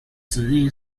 指令